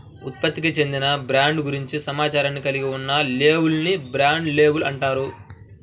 ఉత్పత్తికి చెందిన బ్రాండ్ గురించి సమాచారాన్ని కలిగి ఉన్న లేబుల్ ని బ్రాండ్ లేబుల్ అంటారు